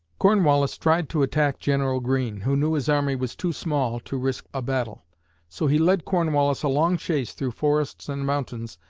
cornwallis tried to attack general greene, who knew his army was too small to risk a battle so he led cornwallis a long chase through forests and mountains,